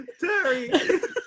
Terry